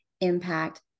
impact